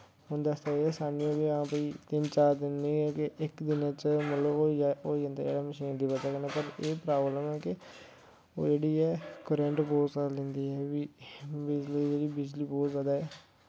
उंदे आस्तै एह् असानी ऐ के हां भाई तिन्न चार दिन एह् ऐ के इक दिनैं च मतलव होई जंदे मशीन दी बजह कन्नै बट एह् प्राबलम ऐ के ओह् जेह्ड़ी ऐ कोरैंड़ कोर्स आह्लें दी ऐ एह् बी बिजली जेह्ड़ी बिजली बौह्त जैदा